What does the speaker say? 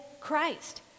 Christ